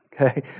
okay